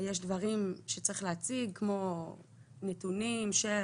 יש דברים שצריך להציג כמו נתונים של